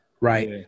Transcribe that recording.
right